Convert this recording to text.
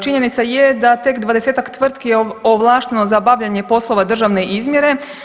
Činjenica je da tek dvadesetak tvrtki je ovlašteno za obavljanje poslova državne izmjere.